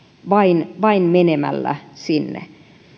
vain vain menemällä sinne